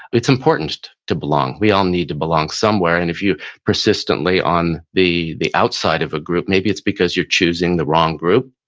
it's important to belong, we all need to belong somewhere and if you're persistently on the the outside of a group, maybe it's because you're choosing the wrong group.